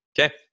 Okay